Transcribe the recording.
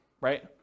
right